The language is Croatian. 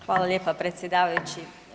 Hvala lijepo predsjedavajući.